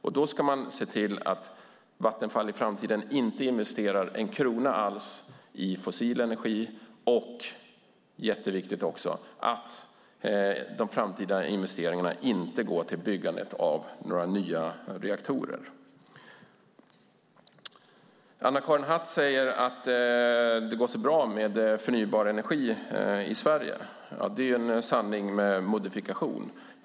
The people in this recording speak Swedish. Man borde se till att Vattenfall i framtiden inte investerar en krona alls i fossil energi och att de framtida investeringarna inte går till byggandet av några nya reaktorer. Anna-Karin Hatt säger att det går så bra med förnybar energi i Sverige. Det är en sanning med modifikation.